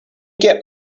get